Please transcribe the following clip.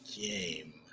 game